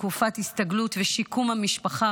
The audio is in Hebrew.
תקופת הסתגלות ושיקום המשפחה,